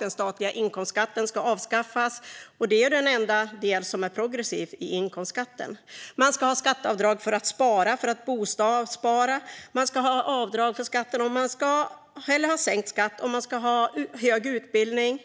Den statliga inkomstskatten ska avskaffas - och det är den enda delen som är progressiv i inkomstskatten. Man ska ha skatteavdrag för att spara och för att bospara. Man ska ha sänkt skatt om man har hög utbildning.